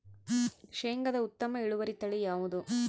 ಶೇಂಗಾದ ಉತ್ತಮ ಇಳುವರಿ ತಳಿ ಯಾವುದು?